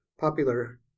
popular